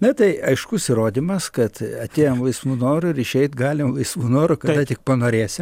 na tai aiškus įrodymas kad atėjom laisvu noru ir išeit galim laisvu noru kada tik panorėsim